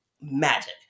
magic